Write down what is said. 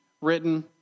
written